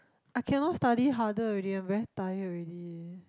I cannot study harder already I'm very tired already